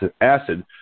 acid